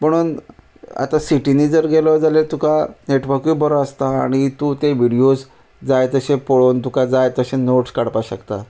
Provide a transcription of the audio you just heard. पुणून आतां सिटीनी जर गेलो जाल्या तुका नॅटवकूय बरो आसता आनी तूं ते विडयोज जाय तशे पळोवन तुका जाय तशे नोट्स काडपा शकता